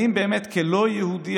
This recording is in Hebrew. האם באמת כ'לא יהודי',